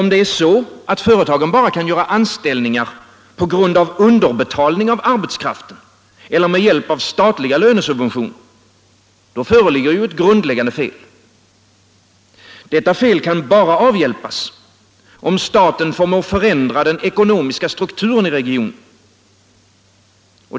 Om företagen bara kan göra anställningar på grund av underbetalning av arbetskraften eller med hjälp av statliga lönesubventioner, då föreligger ju ett grundläggande fel. Detta fel kan bara avhjälpas om staten förmår förändra den ekonomiska strukturen i regionen.